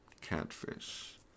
catfish